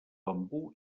bambú